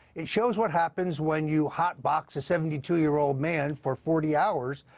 it shows what happens when you hotbox a seventy two year old man for forty hours,